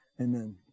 Amen